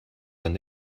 dann